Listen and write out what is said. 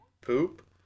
Poop